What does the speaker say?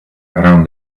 around